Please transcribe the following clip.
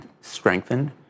strengthened